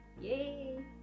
Yay